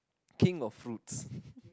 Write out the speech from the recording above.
king of fruits